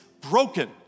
broken